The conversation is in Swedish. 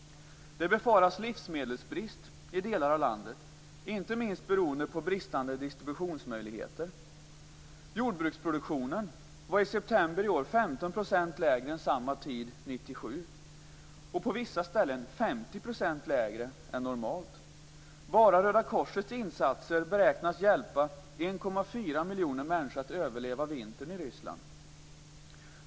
Det befaras livsmedelsbrist i delar av landet, inte minst beroende på bristande distributionsmöjligheter. lägre än vid samma tid 1997, och på vissa ställen 50 % lägre än normalt. Bara Röda korsets insatser beräknas hjälpa 1,4 miljoner människor att överleva vintern i Ryssland.